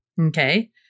Okay